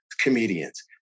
comedians